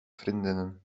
vriendinnen